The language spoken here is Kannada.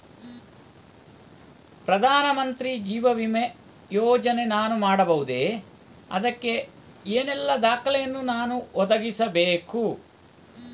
ಪ್ರಧಾನ ಮಂತ್ರಿ ಜೀವ ವಿಮೆ ಯೋಜನೆ ನಾನು ಮಾಡಬಹುದೇ, ಅದಕ್ಕೆ ಏನೆಲ್ಲ ದಾಖಲೆ ಯನ್ನು ನಾನು ಒದಗಿಸಬೇಕು?